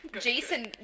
Jason